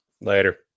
Later